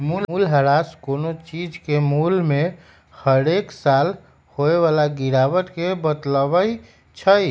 मूल्यह्रास कोनो चीज के मोल में हरेक साल होय बला गिरावट के बतबइ छइ